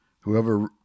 Whoever